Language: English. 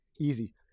Easy